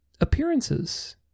appearances